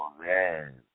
man